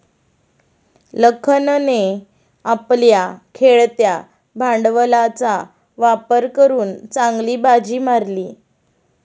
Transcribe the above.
लखनने आपल्या खेळत्या भांडवलाचा वापर करून चांगली बाजी मारली